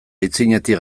aitzinetik